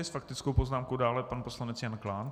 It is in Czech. S faktickou poznámkou dále pan poslanec Jan Klán.